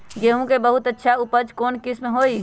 गेंहू के बहुत अच्छा उपज कौन किस्म होई?